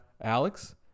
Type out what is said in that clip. Alex